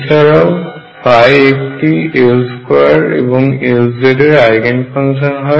এছাড়াও একটি L² এবং Lz এর আইগেন ফাংশন হয়